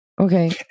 Okay